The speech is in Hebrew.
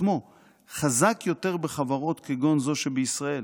עצמו חזק יותר בחברות כגון זו שבישראל,